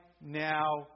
now